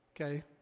okay